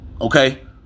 Okay